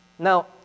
Now